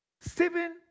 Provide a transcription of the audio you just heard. Stephen